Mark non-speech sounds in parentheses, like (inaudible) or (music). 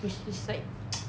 which is like (noise)